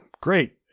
great